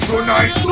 Tonight